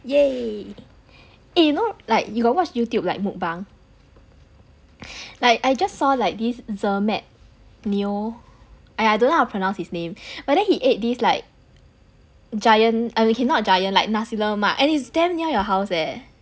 !yay! eh you know like you got watch Youtube like mukbang like I just saw like this zermatt neo !aiya! I don't know how to pronounce his name but then he ate this like giant okay I mean not giant but like nasi lemak and is damn near your house eh